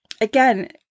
Again